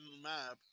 map